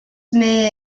may